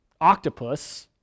octopus